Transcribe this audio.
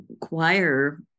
choir